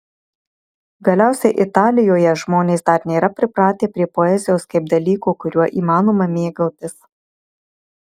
galiausiai italijoje žmonės dar nėra pripratę prie poezijos kaip dalyko kuriuo įmanoma mėgautis